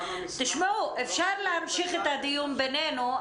אפשר להמשיך את הדיון בינינו,